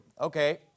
Okay